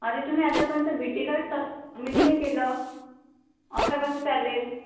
अरे तुम्ही आतापर्यंत बी टी कार्ड सबमिट नाही केलं असं कसं चालेल